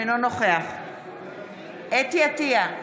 אינו נוכח חוה אתי עטייה,